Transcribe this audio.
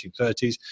1930s